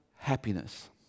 happiness